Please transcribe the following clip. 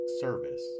service